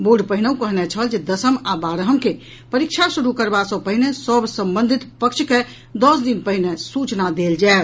board पहिनहुं कहने छल जे दसम आ बारहम के परीक्षा शुरू करबा सॅ पहिने सभ संबंधित पक्ष के दस दिन पहिने सूचना देल जायत